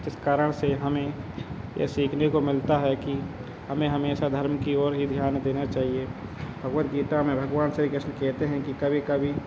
जिस कारण से हमें यह सीखने को मिलता है कि हमें हमेशा धर्म की ओर ही ध्यान देना चाहिए भगवद गीता में भगवान श्री कृष्ण कहते हैं कि कभी कभी